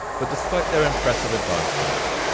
but despite their impressive advancements,